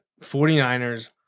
49ers